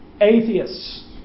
Atheists